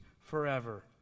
forever